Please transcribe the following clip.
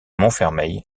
montfermeil